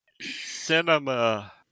cinema